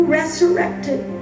resurrected